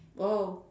!wow!